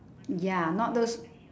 ya not those